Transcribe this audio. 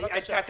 --- תודה